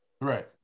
right